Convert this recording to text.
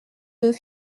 deux